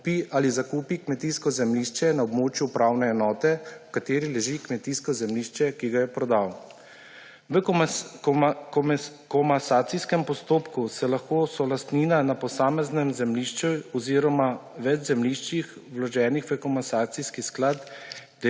kupi ali zakupi kmetijsko zemljišče na območju upravne enote, v kateri leži kmetijsko zemljišče, ki ga je prodal. V komasacijskem postopku se lahko solastnina na posameznem zemljišču oziroma več zemljiščih, vloženih v komasacijski sklad,